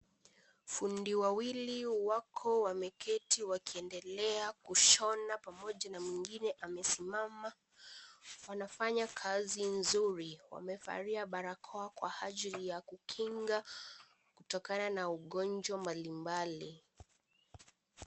Fundi wawili wako wameketi wakiendelea kushona, pamoja na mwingine amesimama wanafanya kazi nzuri. Wamevalia barakoa kwa ajili ya kinga kutokana na ugonjwa mbalimbali.